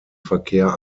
verkehr